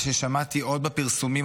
כששמעתי עוד בפרסומים,